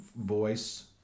voice